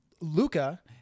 Luca